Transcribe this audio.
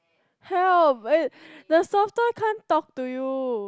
help but the soft toy can't talk to you